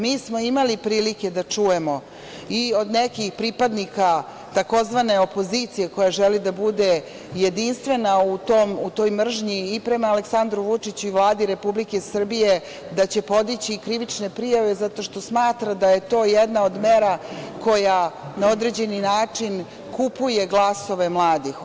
Mi smo imali prilike da čujemo i od nekih pripadnika tzv. opozicije, koja želi da bude jedinstvena u toj mržnji i prema Aleksandru Vučiću i Vladi Republike Srbije, da će podići krivične prijave zato što smatra da je to jedna od mera koja na određeni način kupuje glasove mladih.